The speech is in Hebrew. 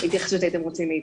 התייחסות אתם רוצים מאיתנו?